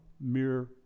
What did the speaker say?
mere